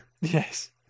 yes